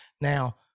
Now